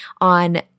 on